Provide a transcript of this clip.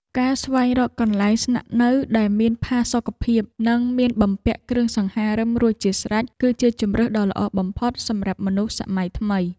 ការស្វែងរកកន្លែងស្នាក់នៅដែលមានផាសុកភាពនិងមានបំពាក់គ្រឿងសង្ហារិមរួចជាស្រេច គឺជាជម្រើសដ៏ល្អបំផុតសម្រាប់មនុស្សសម័យថ្មី។